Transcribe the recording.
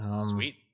Sweet